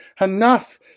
enough